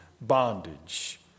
bondage